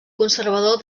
conservador